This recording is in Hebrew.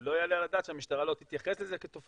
לא יעלה על הדעת שהמשטרה לא תתייחס לזה כתופעה,